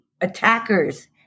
attacker's